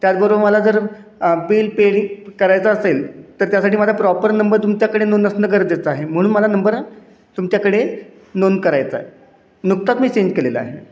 त्याचबरोबर मला जर बिल पेड करायचा असेल तर त्यासाठी मला प्रॉपर नंबर तुमच्याकडे नोंद असणं गरजेचं आहे म्हणून मला नंबर आ तुमच्याकडे नोंद करायचा आहे नुकताच मी चेंज केलेला आहे